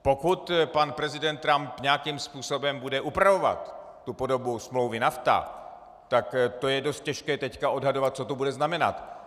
Pokud pan prezident Trump nějakým způsobem bude upravovat podobu smlouvy NAFTA, tak to je dost těžké teď odhadovat, co to bude znamenat.